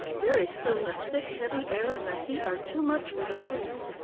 very soon the thick, heavy air and the heat are too much for the priest.